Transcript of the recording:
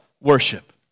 worship